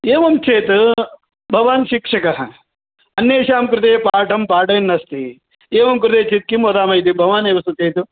एवं चेत् भवान् शिक्षकः अन्येषां कृते पाठं पाठयन्नस्ति एवं कृते चेत् किं वदामः इति भवान् एव सूचयतु